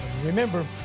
Remember